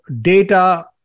data